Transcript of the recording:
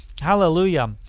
Hallelujah